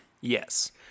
yes